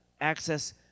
access